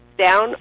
down